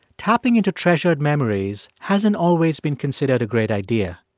tapping into treasured memories hasn't always been considered a great idea.